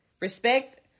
respect